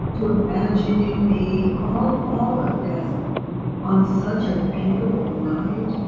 to imagining me, all all of this on such a beautiful night?